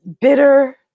bitter